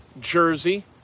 jersey